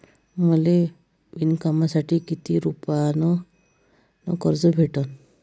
मले विणकामासाठी किती रुपयानं कर्ज भेटन?